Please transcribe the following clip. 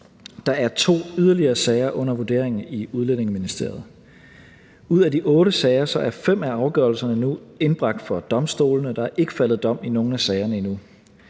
Der er to yderligere sager under vurdering i Udlændinge- og Integrationsministeriet. Ud af de otte sager er fem af afgørelserne nu indbragt for domstolene, og der er ikke faldet dom i nogen af sagerne endnu.